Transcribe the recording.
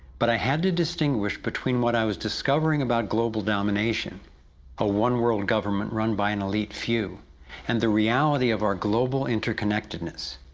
but i had to distinguish between what i was discovering about global domination a one-world government run by an elite few and the reality of our global interconnectedness,